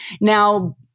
now